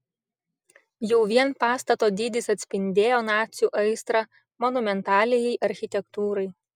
jau vien pastato dydis atspindėjo nacių aistrą monumentaliajai architektūrai